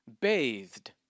bathed